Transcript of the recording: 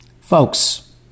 Folks